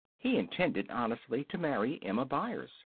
he intended honestly to marry emma byers.